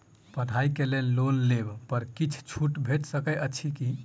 पढ़ाई केँ लेल लोन लेबऽ पर किछ छुट भैट सकैत अछि की?